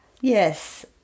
Yes